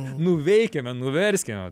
nu veikime nu verskime